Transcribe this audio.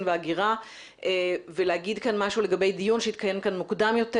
וההגירה ולהגיד כאן משהו לגבי דיון שהתקיים כאן מוקדם יותר.